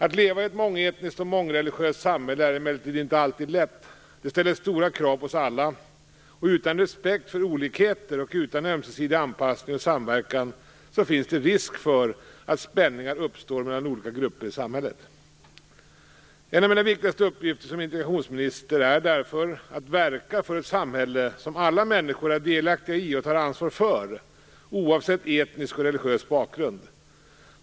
Att leva i ett mångetniskt och mångreligiöst samhälle är emellertid inte alltid lätt. Det ställer stora krav på oss alla. Utan respekt för olikheter och utan ömsesidig anpassning och samverkan finns det risk för att spänningar uppstår mellan olika grupper i samhället. En av mina viktigaste uppgifter som integrationsminister är därför att verka för ett samhälle som alla människor är delaktiga i och tar ansvar för, oavsett etnisk och religiös bakgrund.